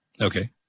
Okay